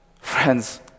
Friends